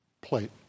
plate